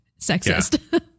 sexist